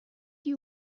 you